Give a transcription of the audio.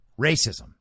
Racism